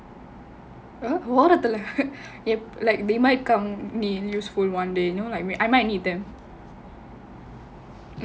ஓரத்துல:orathula they might come in useful one day you know like me I might need them